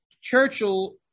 Churchill